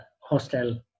hostel